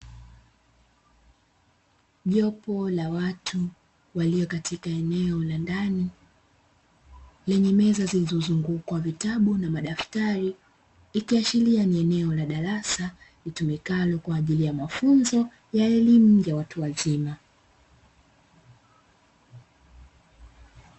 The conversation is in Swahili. Jopo la watu walio katika eneo la ndani, lenye meza zilizozungukwa vitabu na madaftali, likiashiria ni eneo la darasa litumikalo kwa ajili ya mafunzo ya elimu ya watu wazima.